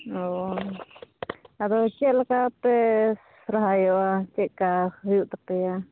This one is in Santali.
ᱚᱻ ᱟᱫᱚ ᱪᱮᱫ ᱞᱮᱠᱟᱯᱮ ᱥᱚᱦᱨᱟᱭᱚᱜᱼᱟ ᱪᱮᱫᱠᱟ ᱦᱩᱭᱩᱜ ᱛᱟᱯᱮᱭᱟ